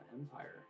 Empire